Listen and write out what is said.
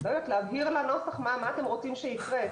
להבהיר לנוסח מה אתם רוצים שיקרה,